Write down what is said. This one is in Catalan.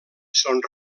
són